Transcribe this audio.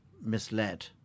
misled